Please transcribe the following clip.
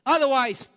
Otherwise